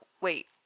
wait